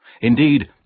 Indeed